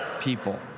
people